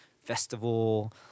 festival